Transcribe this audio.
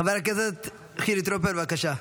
חבר הכנסת חילי טרופר, בבקשה.